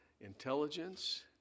intelligence